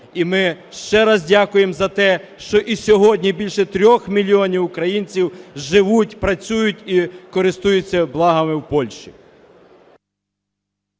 І ми ще раз дякуємо за те, що і сьогодні більше 3 мільйонів українців живуть, працюють і користуються благами в Польщі.